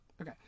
Okay